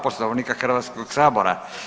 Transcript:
Poslovnika Hrvatskog sabora.